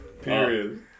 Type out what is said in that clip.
Period